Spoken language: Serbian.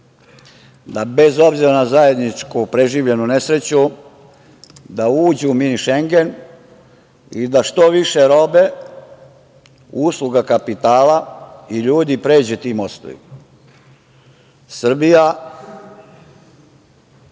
da bez obzira na zajednički preživljenu nesreću da uđu u „mini Šengen“ i da što više robe, usluga, kapitala i ljudi pređe tim mostovima.